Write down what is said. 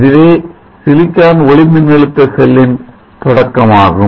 இதுவே சிலிக்கான் ஒளிமின்னழுத்த செல்லின் தொடக்கமாகும்